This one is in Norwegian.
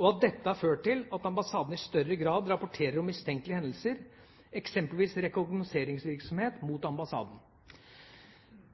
og at dette har ført til at ambassaden i større grad rapporterer om mistenkelige hendelser, eksempelvis rekognoseringsvirksomhet mot ambassaden.